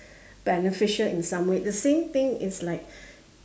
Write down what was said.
beneficial in some way the same thing is like